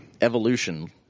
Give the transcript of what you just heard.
Evolution